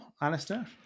Alistair